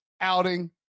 outing